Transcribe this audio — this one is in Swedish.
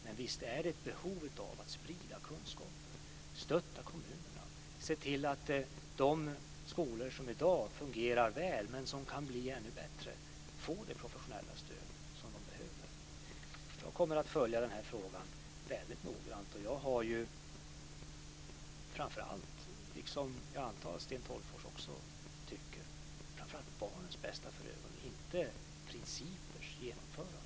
Men visst finns det ett behov av att sprida kunskaper, att stötta kommunerna och att se till att de skolor som i dag fungerar väl men som kan bli ännu bättre får det professionella stöd som de behöver. Jag kommer att följa den här frågan väldigt noggrant. Jag har, liksom jag antar att Sten Tolgfors också har, framför allt barnets bästa för ögonen - inte principers genomförande.